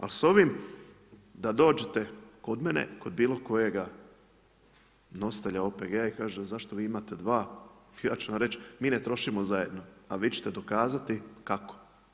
Ali s ovim da dođete kod mene, kod bilo kojega nositelja OPG-a i kažete zašto vi imate dva, ja ću vam reći, mi ne trošimo zajedno a vi ćete dokazati kako.